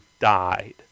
died